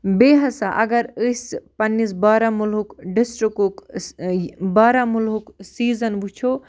بیٚیہِ ہَسا اگَر أسۍ پَنٛنِس بارہمولہُک ڈِسٹِرٛکُک بارہمولہُک سیٖزَن وٕچھو